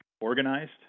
organized